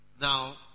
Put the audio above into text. now